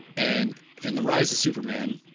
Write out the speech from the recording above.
and in the rise of superman,